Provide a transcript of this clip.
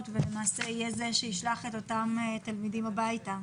ולמעשה יהיה זה שישלח את אותם תלמידים הביתה.